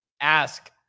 ask